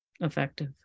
effective